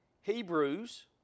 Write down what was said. Hebrews